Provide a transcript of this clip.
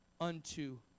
unto